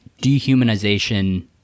dehumanization